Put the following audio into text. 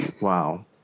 Wow